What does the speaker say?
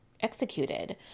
executed